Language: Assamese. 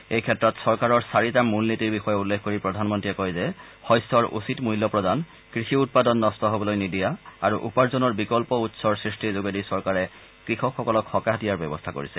এই ক্ষেত্ৰত চৰকাৰৰ চাৰিটা মূল নীতিৰ বিষয়ে উল্লেখ কৰি প্ৰধানমন্ত্ৰীয়ে কয় যে শস্যৰ উচিত মূল্য প্ৰদান কৃষি উৎপাদন নট্ট হবলৈ নিদিয়া আৰু উপাৰ্জনৰ বিকল্প উৎসৰ সৃষ্টিৰ যোগেদি চৰকাৰে কৃষকসকলক সকাহ দিয়াৰ ব্যৱস্থা কৰিছে